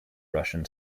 russian